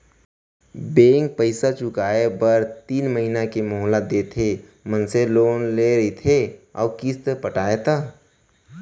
bank पइसा चुकाए बर तीन महिना के मोहलत देथे मनसे ला लोन ले रहिथे अउ किस्ती ल पटाय ता